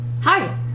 Hi